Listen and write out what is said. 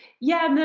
yeah, no,